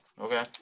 Okay